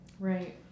right